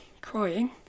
crying